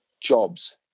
jobs